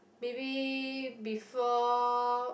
maybe before